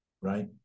right